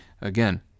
again